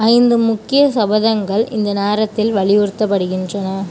ஐந்து முக்கிய சபதங்கள் இந்த நேரத்தில் வலியுறுத்தப்படுகின்றன